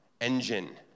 engine